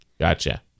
Gotcha